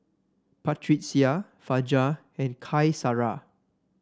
Batrisya Fajar and Qaisara